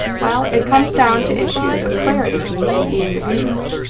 well, it comes down to issues of clarity and ease of use.